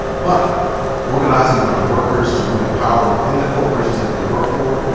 but organizing by workers to wield power within the corporations that they work for,